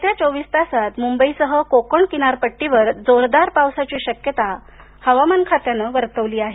येत्या चोवीस तासात मुंबईसह कोकण किनारपट्टीवर जोरदार पावसाची शक्यता हवामान खात्याने वर्तविली आहे